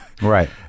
right